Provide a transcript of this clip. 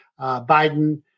Biden